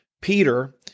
Peter